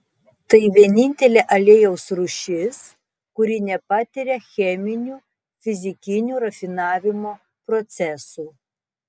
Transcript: tai vienintelė aliejaus rūšis kuri nepatiria cheminių fizikinių rafinavimo procesų